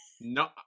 No